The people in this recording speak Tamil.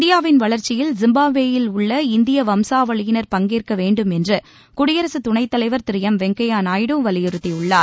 இந்தியாவின் வளர்ச்சியில் ஜிம்பாப்வேயில் உள்ள இந்தியா வம்சாவளியினர் பங்கேற்க வேண்டும் என்று குடியரசுத் துணைத் தலைவர் திரு எம் வெங்கையா நாயுடு வலியுறுத்தியுள்ளார்